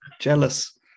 jealous